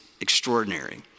extraordinary